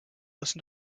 listen